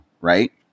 right